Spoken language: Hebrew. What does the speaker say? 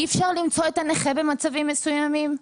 אי אפשר למצוא את הנכה במצבים מסוימים,